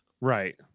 right